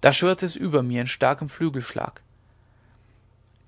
da schwirrte es über mir in starkem flügelschlag